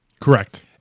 Correct